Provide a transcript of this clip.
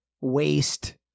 waste